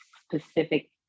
specific